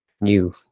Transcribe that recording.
new